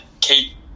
Kate